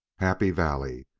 happy valley!